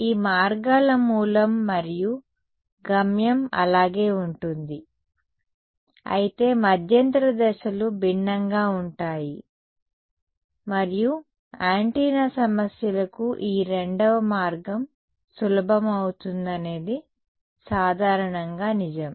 ఈ మార్గాల మూలం మరియు గమ్యం అలాగే ఉంటుంది అయితే మధ్యంతర దశలు భిన్నంగా ఉంటాయి మరియు యాంటెన్నా సమస్యలకు ఈ రెండవ మార్గం సులభమవుతుందనేది సాధారణంగా నిజం